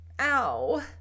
Ow